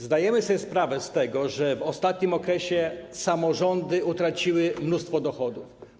Zdajemy sobie sprawę z tego, że w ostatnim okresie samorządy utraciły mnóstwo dochodów.